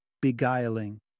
beguiling